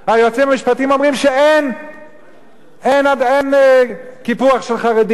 היועצים המשפטיים אומרים שאין קיפוח של חרדים,